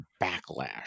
backlash